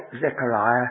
Zechariah